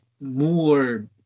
more